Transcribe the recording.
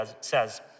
says